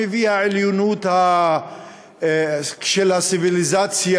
שמביאה העליונות של הציוויליזציה,